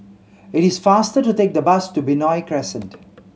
it is faster to take the bus to Benoi Crescent